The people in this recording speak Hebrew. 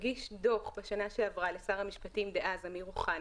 הגיש דוח בשנה שעברה לשר המשפטים דאז אמיר אוחנה.